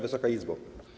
Wysoka Izbo!